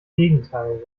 gegenteil